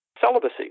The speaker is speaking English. celibacy